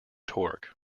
torque